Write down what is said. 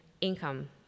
income